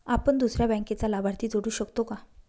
आपण दुसऱ्या बँकेचा लाभार्थी जोडू शकतो का?